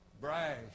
brash